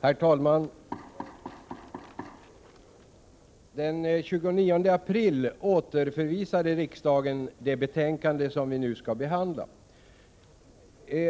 Herr talman! Den 29 april återförvisade riksdagen det betänkande som vi nu skall behandla.